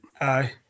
Aye